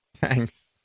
Thanks